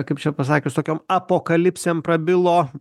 kaip čia pasakius tokiom apokalipsėm prabilo